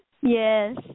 yes